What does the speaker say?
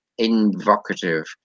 invocative